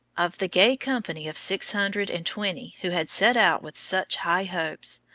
of the gay company of six hundred and twenty who had set out with such high hopes,